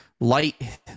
light